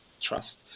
trust